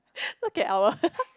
look at our